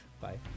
Bye